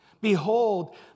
behold